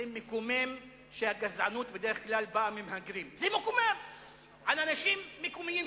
זה מקומם שהגזענות באה בדרך כלל ממהגרים על אנשים מקומיים,